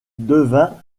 devint